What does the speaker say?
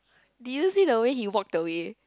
did you see the way he walked away